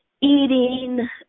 eating